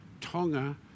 Tonga